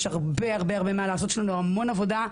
יש לנו המון עבודה,